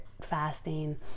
fasting